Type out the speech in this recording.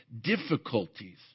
Difficulties